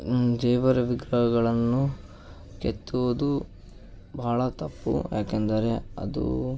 ದೇವರ ವಿಗ್ರಹಗಳನ್ನು ಕೆತ್ತುವುದು ಬಹಳ ತಪ್ಪು ಯಾಕೆಂದರೆ ಅದು